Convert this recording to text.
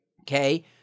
Okay